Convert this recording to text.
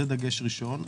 זה דגש ראשון.